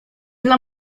dla